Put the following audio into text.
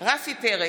פרץ,